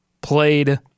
played